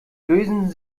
lösen